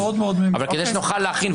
אבל כדי שנוכל להכין,